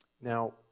Now